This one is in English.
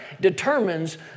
determines